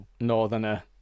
Northerner